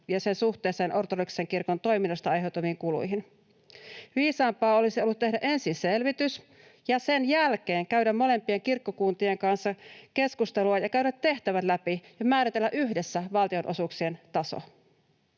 suhteesta ortodoksisen kirkon toiminnasta aiheutuviin kuluihin. Viisaampaa olisi ollut tehdä ensin selvitys ja sen jälkeen käydä molempien kirkkokuntien kanssa keskustelua ja käydä tehtävät läpi ja määritellä yhdessä valtionosuuksien taso.